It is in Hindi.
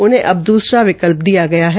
उनहें अब दूसरा विकल्प दिया गया है